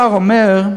שר האוצר אומר: